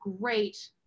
great